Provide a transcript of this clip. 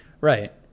right